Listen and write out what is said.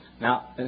Now